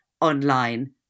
online